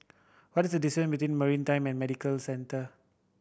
what is the distance to Maritime and Medical Centre